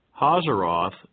Hazaroth